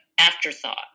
Afterthought